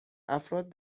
افراد